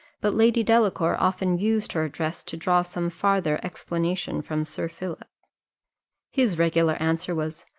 but lady delacour often used her address to draw some farther explanation from sir philip his regular answer was,